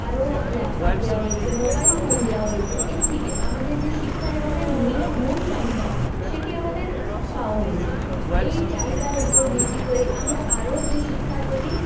আরও ল্যাপটপ দেওয়া হয়েছে মোবাইল ফোন দেওয়া হয়েছে এর থেকে আমাদের যে শিক্ষা জীবনের মন চাহিদা সেটি আমাদের পাওয়া হয়েছে এই চাহিদার উপর ভিত্তি করেই আমরা আরও যে শিক্ষার প্রতি